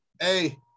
hey